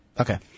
okay